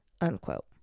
Unquote